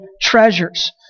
treasures